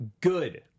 good